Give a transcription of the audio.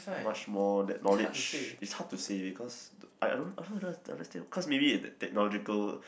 much more that knowledge it's hard to say because I I don't I don't I don't understand cause maybe that technological